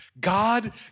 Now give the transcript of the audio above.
God